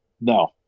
No